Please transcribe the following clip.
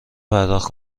پرداخت